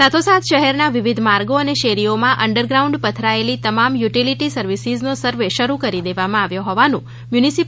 સાથોસાથ શહેરના વિવિધ માર્ગો અને શેરીઓમાં અન્ડરગ્રાઉન્ડ પથરાયેલી તમામ યુટિલિટી સર્વિસીઝનો સર્વે શરૂ કરી દેવામાં આવેલ હોવાનું મ્યુનિ